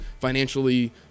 financially